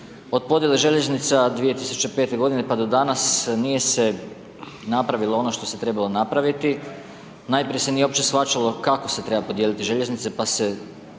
Od podjele željeznica 2005. g. pa do danas, nije se napravilo ono što se je trebalo napraviti. Najprije se nije uopće shvaćalo, kako se treba podijeliti željeznice, pa se